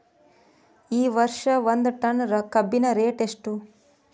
ಈ ವರ್ಷ ಒಂದ್ ಟನ್ ಕಬ್ಬಿನ ರೇಟ್ ಎಷ್ಟು?